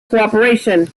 cooperation